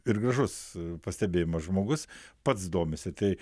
ir gražus pastebėjimas žmogus pats domisi tai